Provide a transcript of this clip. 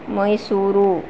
Mysuru